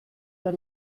der